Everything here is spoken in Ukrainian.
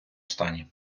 стані